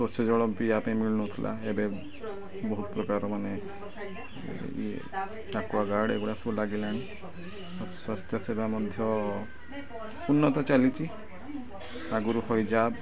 ସ୍ୱଚ୍ଛ ଜଳ ପିଆ ପାଇଁ ମିଳୁନଥିଲା ଏବେ ବହୁତ ପ୍ରକାର ମାନେ ଆକ୍ୱାଗାର୍ଡ଼ ଏଗୁଡ଼ା ସବୁ ଲାଗିଲାଣି ସ୍ୱାସ୍ଥ୍ୟ ସେବା ମଧ୍ୟ ଉନ୍ନତ ଚାଲିଛି ଆଗରୁ ହଇଜା